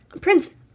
Prince